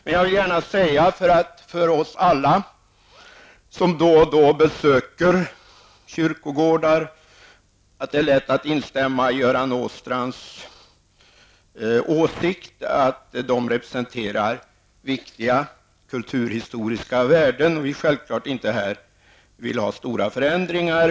För mig, och säkerligen för alla andra som då och då besöker kyrkogårdar, är det lätt att instämma i Göran Åstrands åsikt att dessa representerar viktiga kulturhistoriska värden och att vi självklart inte skall göra några stora förändringar.